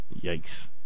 Yikes